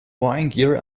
vinegar